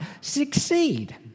succeed